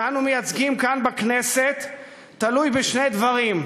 שאנו מייצגים כאן, בכנסת, תלוי בשני דברים: